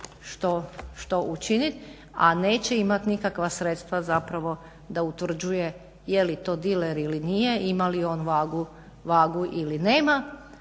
što učiniti, a neće imati nikakva sredstva zapravo da utvrđuje jeli to diler ili nije, ima li on vagu ili nema,